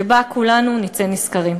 שממנה כולנו נצא נשכרים.